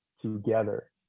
together